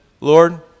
Lord